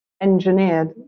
engineered